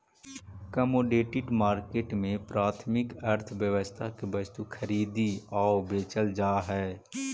commodity market में प्राथमिक अर्थव्यवस्था के वस्तु खरीदी आऊ बेचल जा हइ